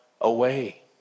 away